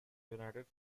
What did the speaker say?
united